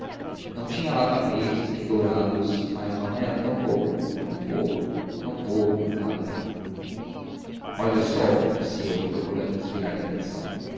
não tinha lá tapetes nem dourados mas mamãe era tão boa tão boa coitada de mamãe olhe o sol disse eu procurando desviar lhe a atenção